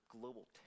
global